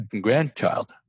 grandchild